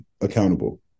accountable